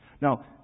Now